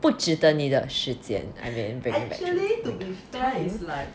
不值得你的时间